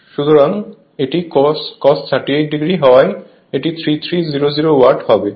সুতরাং এটি cos 38 o হওয়াই এটি 3300 ওয়াট হবে